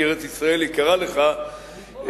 כי ארץ-ישראל יקרה לך,